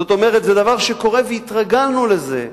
זאת אומרת, זה דבר שקורה והתרגלנו לזה.